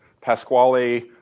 Pasquale